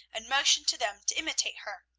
and motioned to them to imitate her.